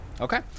Okay